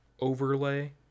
overlay